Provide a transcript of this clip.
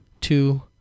two